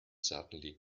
suddenly